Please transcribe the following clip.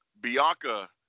Bianca